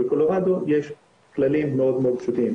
בקולורדו יש כללים מאוד פשוטים,